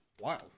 Wow